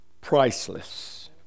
priceless